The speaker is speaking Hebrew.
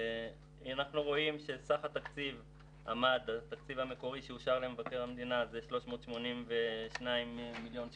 אנחנו רואים שהתקציב המקורי שאושר למבקר המדינה הוא 382 מיליון שקלים.